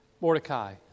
Mordecai